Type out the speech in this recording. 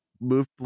move